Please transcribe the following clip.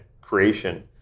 creation